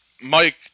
...Mike